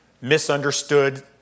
misunderstood